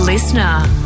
Listener